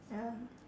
ya